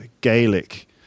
Gaelic